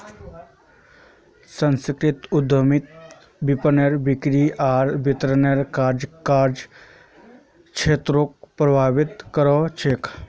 सांस्कृतिक उद्यमिता विपणन, बिक्री आर वितरनेर कार्यात्मक क्षेत्रको प्रभावित कर छेक